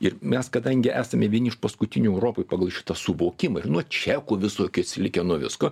ir mes kadangi esame vieni iš paskutinių europoj pagal šitą suvokimą ir nuo čekų visokių atsilikę nuo visko